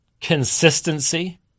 consistency